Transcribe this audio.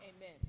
Amen